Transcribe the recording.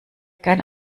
gern